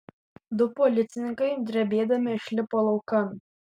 du policininkai drebėdami išlipo laukan